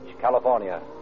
California